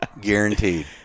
guaranteed